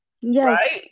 Yes